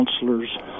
counselors